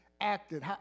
acted